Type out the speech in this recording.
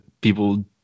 people